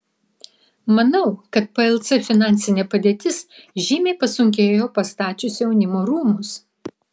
manau kad plc finansinė padėtis žymiai pasunkėjo pastačius jaunimo rūmus